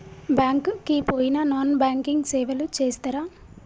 Bank కి పోయిన non banking సేవలు చేస్తరా?